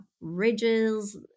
ridges